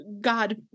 God